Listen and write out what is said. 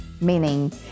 meaning